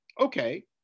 Okay